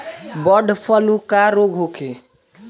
Bird flu का रोग होखे?